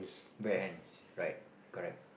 bear hands right correct